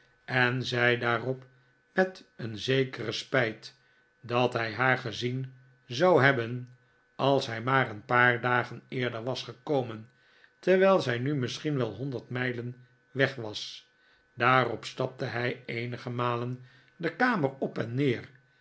en zei daarop met een zekeren spijt dat hij haar gezien zou hebben als hij maar een paar dagen eerder was gekomen terwijl zij nu misschien wel honderd mijlen weg was daarop stapte hij eenige malen de kamer op en neer